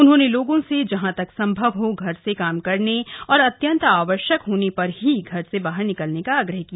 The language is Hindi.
उन्होंने लोगों से जहां तक संभव हो घर से काम करने और अत्यंत आवश्यक होने पर ही बाहर निकलने का आग्रह किया